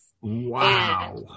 Wow